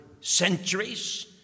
centuries